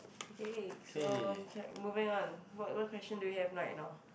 okay so kia moving on what what question do you have right now